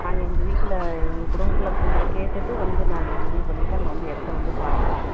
நாங்கள் எங்கள் வீட்டில் எங்கள் குடும்பத்தில் இருக்கிறவங்கள கேட்டுட்டு வந்து நாங்கள் முடிவு பண்ணிகிட்டு அங்கே வந்து இடத்த வந்து பார்க்குறோம்